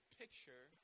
picture